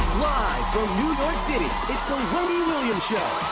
from new york city, it's the wendy williams show!